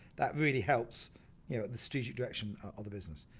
that really helps you know the strategic direction of the business.